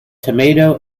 tomato